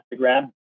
Instagram